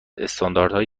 استانداردهای